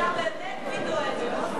ידע באמת מי דואג לו.